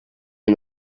une